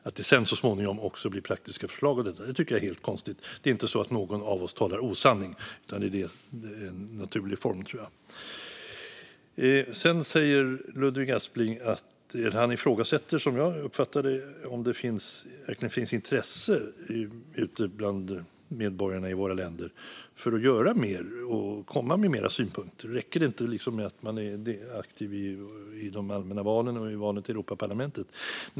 Att det sedan så småningom också blir praktiska förslag av detta är inte helt konstigt. Det är inte så att någon av oss talar osanning, utan det är en naturlig form. Sedan ifrågasätter Ludvig Aspling som jag uppfattar det om det verkligen finns intresse ute bland medborgarna i våra länder för att göra mer och komma med mer synpunkter. Räcker det inte att man är aktiv i de allmänna valen och i valen till Europaparlamentet?